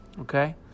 okay